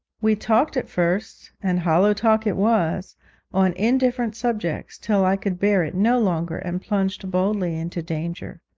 we talked at first and hollow talk it was on indifferent subjects, till i could bear it no longer, and plunged boldly into danger.